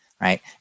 right